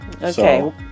Okay